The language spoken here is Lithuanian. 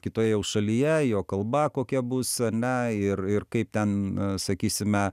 kitoj jau šalyje jo kalba kokia bus na ir ir kaip ten sakysime